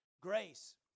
Grace